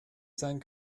sein